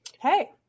Hey